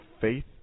faith